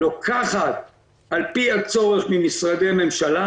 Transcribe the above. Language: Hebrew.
לוקחת על פי הצורך ממשרדי ממשלה,